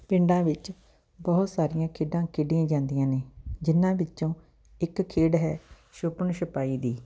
ਪਿੰਡਾਂ ਵਿੱਚ ਬਹੁਤ ਸਾਰੀਆਂ ਖੇਡਾਂ ਖੇਡੀਆਂ ਜਾਂਦੀਆਂ ਨੇ ਜਿਨ੍ਹਾਂ ਵਿੱਚੋਂ ਇੱਕ ਖੇਡ ਹੈ ਛੁਪਣ ਛੁਪਾਈ ਦੀ